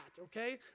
okay